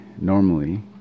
normally